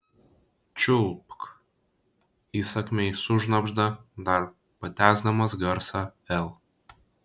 čiulpk įsakmiai sušnabžda dar patęsdamas garsą l